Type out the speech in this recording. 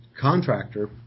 contractor